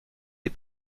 des